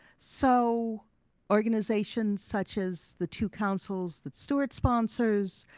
so organizations such as the two councils that stuart sponsors,